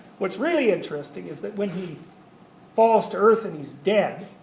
what's really interesting is that when he falls to earth and he's dead,